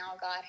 God